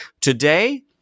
Today